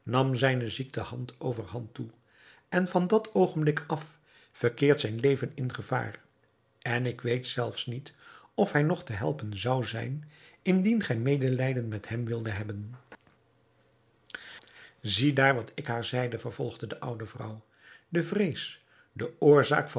nam zijne ziekte hand over hand toe en van dat oogenblik af verkeert zijn leven in gevaar en ik weet zelfs niet of hij nog te helpen zou zijn indien gij medelijden met hem wildet hebben ziedaar wat ik haar zeide vervolgde de oude vrouw de vrees de oorzaak van